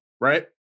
Right